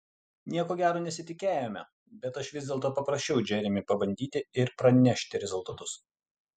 nieko gero nesitikėjome bet aš vis dėlto paprašiau džeremį pabandyti ir pranešti rezultatus